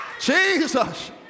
Jesus